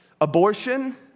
Abortion